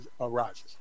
arises